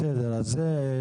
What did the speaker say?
את זה,